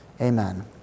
Amen